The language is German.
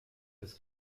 des